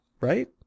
right